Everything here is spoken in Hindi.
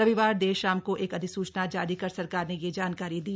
रविवार देर शाम को एक अधिसूचना जारी कर सरकार ने यह जानकारी दी